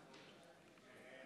ההצבעה: 38 נגד,